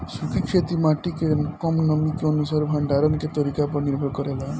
सूखी खेती माटी के कम नमी के अनुसार भंडारण के तरीका पर निर्भर करेला